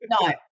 No